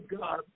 God